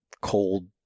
cold